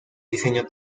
diseño